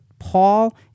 Paul